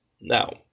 Now